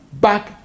back